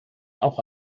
auch